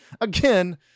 Again